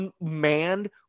unmanned